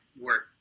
work